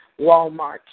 Walmart